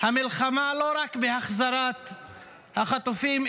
המלחמה לא רק בהחזרת החטופים,